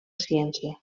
ciència